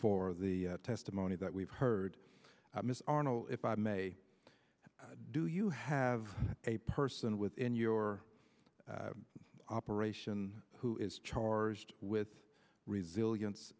for the testimony that we've heard ms arnall if i may do you have a person within your operation who is charged with resilience